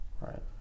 right